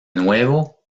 nuevo